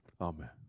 amen